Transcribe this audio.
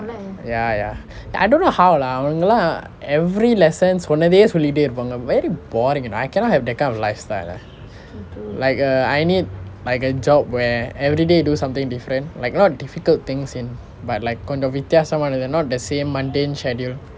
ya ya I don't know how lah அவங்க எல்லாம்:avanga ellaam every lesson சொன்னதே சொல்லிட்டு இருப்பாங்க:sonnathe sollittu irupaanga very boring like I cannot have that kind of lifestyle lah like err I need like a job where everyday do something different like not difficult things in but like கொஞ்சம் வித்தியாசம் ஆனது:koncham vittiyaasam aanathu not the same mundane schedule